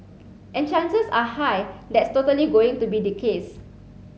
and chances are high that's totally going to be the case